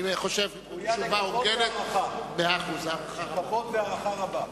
חושב שתשובתו של סגן השר ראויה לכבוד והערכה.